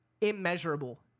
immeasurable